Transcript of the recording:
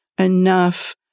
enough